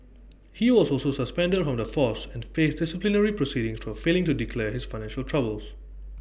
he was also suspended from the force and faced disciplinary proceedings for failing to declare his financial troubles